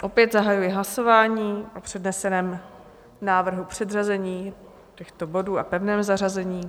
Opět zahajuji hlasování o předneseném návrhu předřazení těchto bodů a pevném zařazení.